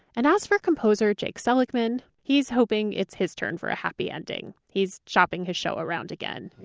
and as for composer jake seligmann, he's hoping it's his turn for a happy ending. he's shopping his show around again